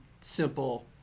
simple